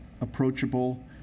approachable